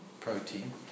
protein